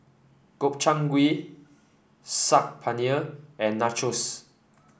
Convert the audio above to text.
Gobchang Gui Saag Paneer and Nachos